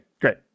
great